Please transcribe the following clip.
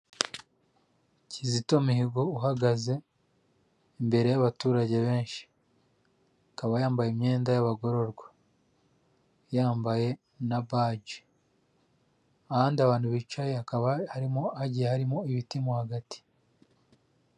Kizito Mihigo uhagaze imbere y'abaturage benshi akaba yambaye imyenda y'abagororwa, yambaye na baji, ahandi abantu bicaye hakaba harimo hagiye harimo ibiti mo hagati.